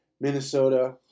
Minnesota